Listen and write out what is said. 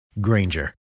Granger